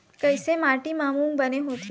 कइसे माटी म मूंग बने होथे?